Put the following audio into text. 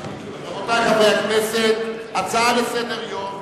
שמספרן 2252, 2255,